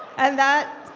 and that,